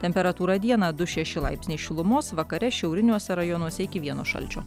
temperatūra dieną du šeši laipsniai šilumos vakare šiauriniuose rajonuose iki vieno šalčio